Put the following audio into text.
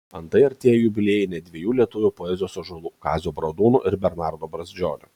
antai artėja jubiliejai net dviejų lietuvių poezijos ąžuolų kazio bradūno ir bernardo brazdžionio